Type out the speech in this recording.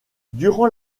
durant